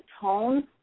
tone